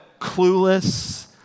clueless